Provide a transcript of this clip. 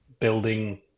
building